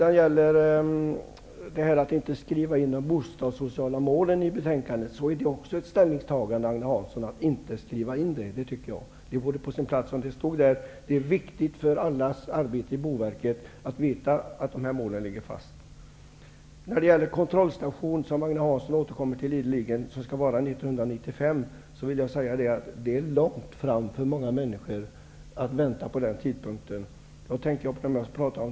Att man inte skriver in de bostadssociala målen i betänkandet innebär också ett ställningstagande, Agne Hansson. Det vore på sin plats att de stod där. Det är viktigt för allas arbete i Boverket att veta att dessa mål ligger fast. När det gäller en kontrollstation 1995, som Agne Hansson ideligen återkommer till, vill jag säga att det för många människor är långt fram i tiden att vänta på detta.